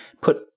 put